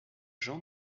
jean